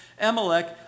Amalek